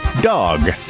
dog